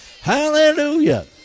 Hallelujah